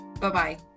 Bye-bye